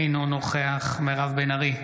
אינו נוכח מירב בן ארי,